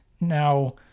Now